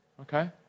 okay